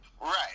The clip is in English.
Right